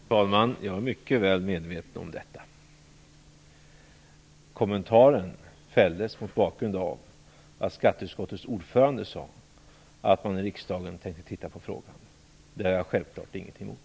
Fru talman! Jag är mycket väl medveten om den saken. Min kommentar fälldes mot bakgrund av att skatteutskottets ordförande sade att man i riksdagen tänker titta på frågan, och det har jag självfallet inget emot.